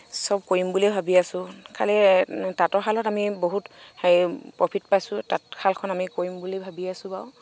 চব কৰিম বুলিয়ে ভাবি আছো খালি তাঁতৰশালত আমি বহুত হেৰি প্ৰফিট পাইছো তাঁতশালখন আমি কৰিম বুলি ভাবি আছো বাৰু